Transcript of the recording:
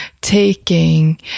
taking